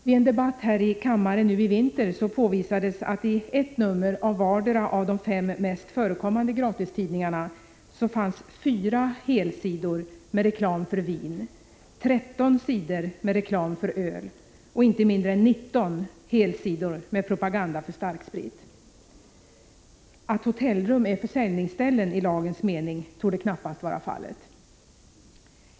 Vid en debatt här i kammaren nu i vinter påvisades att i ett nummer av vardera av de fem mest förekommande gratistidningarna fanns 4 helsidor med reklam för vin, 13 sidor med reklam för öl och inte mindre än 19 helsidor med propaganda för starksprit. Att hotellrum är försäljningsställen i lagens mening torde knappast kunna påstås.